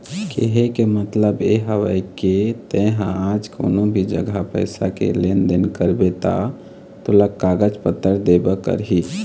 केहे के मतलब ये हवय के ते हा आज कोनो भी जघा पइसा के लेन देन करबे ता तोला कागज पतर देबे करही